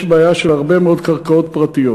יש בעיה של הרבה מאוד קרקעות פרטיות,